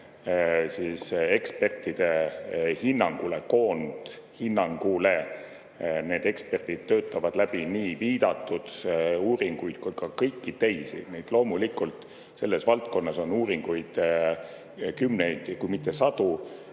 ekspertide hinnangule, koondhinnangule. Need eksperdid töötavad läbi nii viidatud uuringuid kui ka kõiki teisi. Loomulikult, selles valdkonnas on uuringuid kümneid, kui mitte sadu,